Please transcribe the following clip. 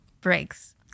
breaks